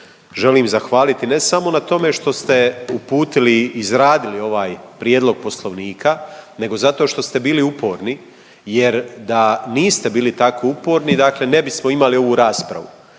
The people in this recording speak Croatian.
želim zahvaliti ne samo na tome što ste uputili, izradili ovaj prijedlog Poslovnika nego zato što ste bili uporni jer da niste bili tako uporni dakle ne bismo imali ovu raspravu.